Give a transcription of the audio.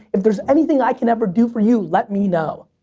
if there's anything i can ever do for you let me know.